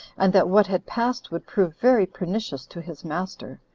and that what had passed would prove very pernicious to his master.